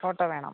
photo വേണം